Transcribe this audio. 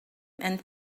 and